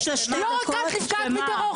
לא רק את נפגעת מטרור.